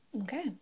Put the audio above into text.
Okay